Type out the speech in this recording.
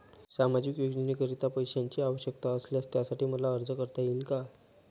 सामाजिक योजनेकरीता पैशांची आवश्यकता असल्यास त्यासाठी मला अर्ज करता येईल का?